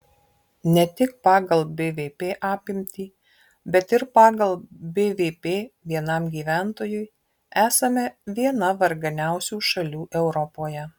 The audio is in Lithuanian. ne tik pagal bvp apimtį bet ir pagal bvp vienam gyventojui esame viena varganiausių šalių europoje